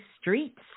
streets